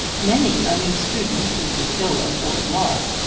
many a new student who could ill afford loss,